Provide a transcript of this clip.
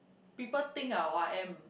people think ah !wah! am